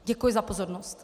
Děkuji za pozornost.